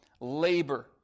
labor